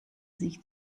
sich